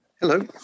Hello